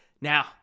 Now